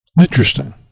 Interesting